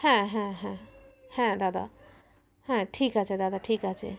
হ্যাঁ হ্যাঁ হ্যাঁ হ্যাঁ দাদা হ্যাঁ ঠিক আছে দাদা ঠিক আছে